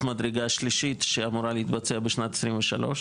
מדרגה שלישית שאמורה להתבצע בשנת 2023,